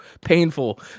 painful